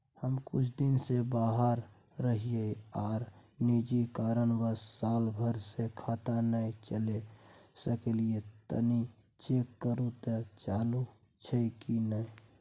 हम कुछ दिन से बाहर रहिये आर निजी कारणवश साल भर से खाता नय चले सकलियै तनि चेक करू त चालू अछि कि नय?